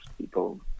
people